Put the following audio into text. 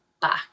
back